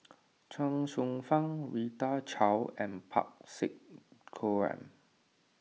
Chuang Hsueh Fang Rita Chao and Parsick Joaquim